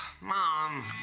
mom